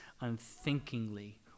unthinkingly